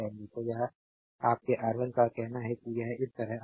तो यह आपके R1 का कहना है कि यह इस तरह आ जाएगा